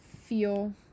feel